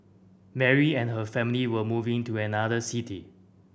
Mary and her family were moving to another city